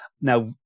Now